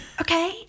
okay